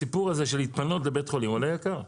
הסיפור הזה של להתפנות לבית חולים עולה יקר.